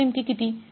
म्हणजे नेमके किती